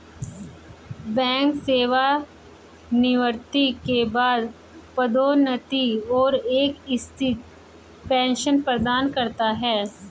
bank सेवानिवृत्ति के बाद पदोन्नति और एक स्थिर पेंशन प्रदान करता है